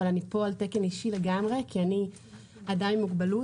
ואני פה על תקן אישי לגמרי כי אני אדם עם מוגבלות,